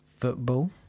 Football